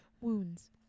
Wounds